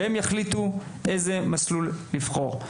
כך שהם יחליטו באיזה מסלול לבחור.